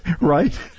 right